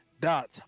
dot